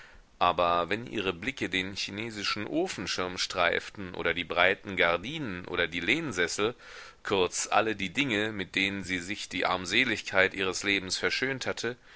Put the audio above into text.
aber wenn ihre blicke den chinesischen ofenschirm streiften oder die breiten gardinen oder die lehnsessel kurz alle die dinge mit denen sie sich die armseligkeit ihres lebens verschönt hatte